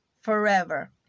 forever